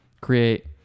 create